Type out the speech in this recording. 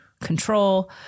control